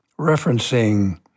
referencing